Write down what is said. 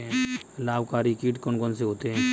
लाभकारी कीट कौन कौन से होते हैं?